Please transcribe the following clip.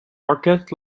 parket